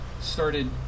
started